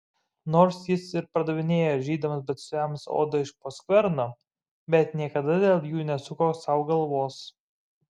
nors jis ir pardavinėjo žydams batsiuviams odą iš po skverno bet niekada dėl jų nesuko sau galvos